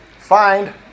find